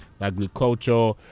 agriculture